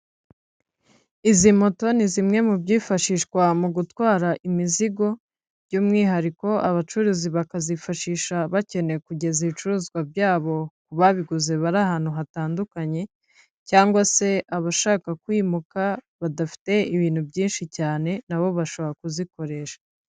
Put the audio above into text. Izi moto ni zimwe mu byifashishwa mu gutwara imizigo by'umwihariko abacuruzi bakazifashisha bakeneye kugeza ibicuruzwa byabo ku babiguze bari ahantu hatandukanye, cyangwa se abashaka kwimuka badafite ibintu byinshi cyane nabo bashobora kuzikoresha.